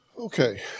Okay